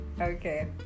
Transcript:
Okay